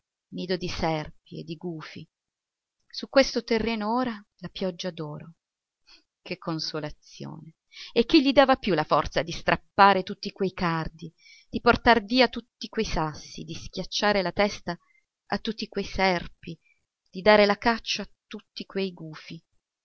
nido di serpi e di gufi su questo terreno ora la pioggia d'oro che consolazione e chi gli dava più la forza di strappare tutti quei cardi di portar via tutti quei sassi di schiacciare la testa a tutti quei serpi di dare la caccia a tutti quei gufi